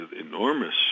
enormous